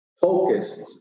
focused